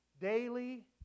Daily